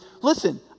listen